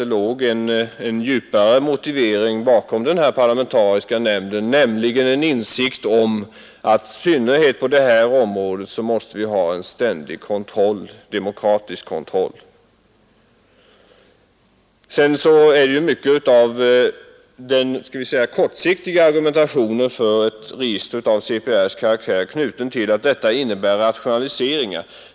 ————— att det låg en djupare motivering bakom den parlamentariska nämnden, Inrättande av ett nämligen insikten om att vi alldeles speciellt på dataområdet måste ha en centralt Persalr ständig demokratisk kontroll. register, m.m. Vidare är mycket av den kortsiktigare argumentationen för register av denna karaktär knuten till att systemet innebär rationaliseringar.